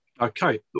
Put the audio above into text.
Okay